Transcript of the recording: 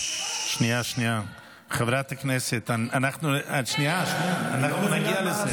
שנייה, שנייה, חברת הכנסת, שנייה, נגיע לזה.